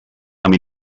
amb